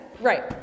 Right